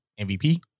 MVP